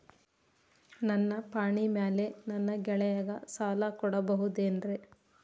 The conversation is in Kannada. ನನ್ನ ಪಾಣಿಮ್ಯಾಲೆ ನನ್ನ ಗೆಳೆಯಗ ಸಾಲ ಕೊಡಬಹುದೇನ್ರೇ?